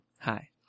Hi